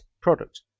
product